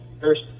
first